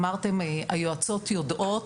היועצות יודעות,